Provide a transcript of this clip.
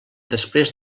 després